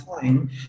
time